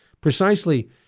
Precisely